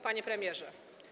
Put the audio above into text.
Panie Premierze!